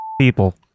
people